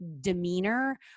demeanor